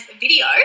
video